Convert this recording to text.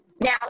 Now